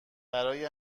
برای